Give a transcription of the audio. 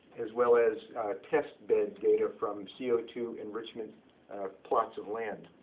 as well as test bed data from c o two enrichment plots of land.